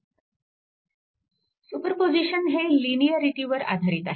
superposition हे लिनिअरिटीवर आधारित आहे